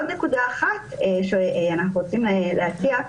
נקודה אחת נוספת שאנחנו רוצים להציע.